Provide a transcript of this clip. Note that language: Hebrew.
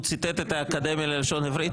הוא ציטט את האקדמיה ללשון עברית,